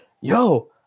yo